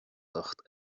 ucht